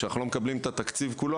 כשאנחנו לא מקבלים את התקציב כולו,